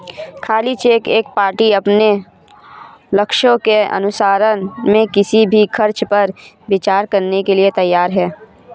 खाली चेक एक पार्टी अपने लक्ष्यों के अनुसरण में किसी भी खर्च पर विचार करने के लिए तैयार है